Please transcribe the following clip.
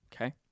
okay